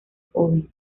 joven